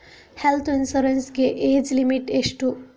Health insurance ಗೆ age limit ಎಷ್ಟು?